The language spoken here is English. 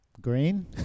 Green